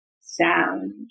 sound